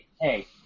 Hey